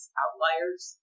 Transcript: outliers